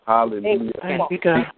Hallelujah